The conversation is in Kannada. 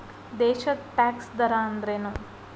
ದೇಶದ್ ಟ್ಯಾಕ್ಸ್ ದರ ಅಂದ್ರೇನು?